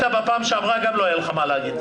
בפעם שעברה גם לא היה לך מה להגיד.